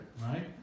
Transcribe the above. right